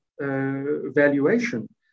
valuation